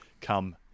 come